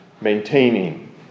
maintaining